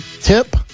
Tip